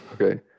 Okay